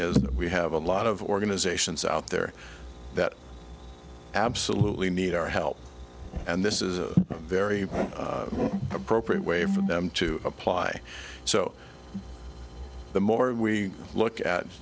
is that we have a lot of organizations out there that absolutely need our help and this is a very appropriate way for them to apply so the more we look at